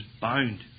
bound